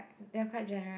they're quite generous